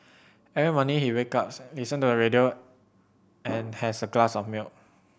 every morning he wake ups listen to the radio and has a glass of milk